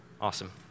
Awesome